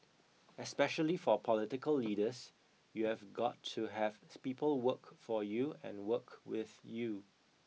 especially for political leaders you've got to have the people work for you and work with you